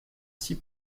six